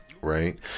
right